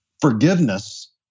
forgiveness